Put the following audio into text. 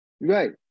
Right